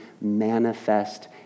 manifest